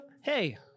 Hey